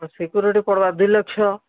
security ପଡ଼ିବା ଦୁଇ ଲକ୍ଷ